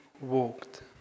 walked